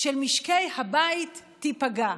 של משקי הבית תיפגע.